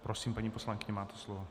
Prosím, paní poslankyně, máte slovo.